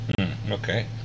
Okay